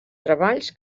treballs